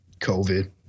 COVID